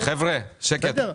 חבר'ה, שקט.